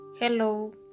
Hello